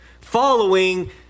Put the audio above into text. following